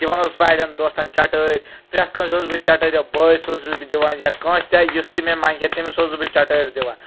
دِوان اوسُس بہٕ اڑین دوستن چَٹٲرۍ پرٛیتھ کٲنسہِ اوسُس بہٕ چَٹٲرۍ یا بٲیِس اوسُس بہٕ دِوان یا کٲنٛسہِِ تہ یُس تہِ مےٚ منگہِ تٔمِس اوسُس بہٕ چٹٲرۍ دِوان